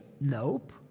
Nope